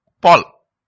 Paul